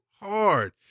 hard